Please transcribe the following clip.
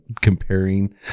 comparing